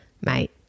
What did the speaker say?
Mate